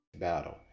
battle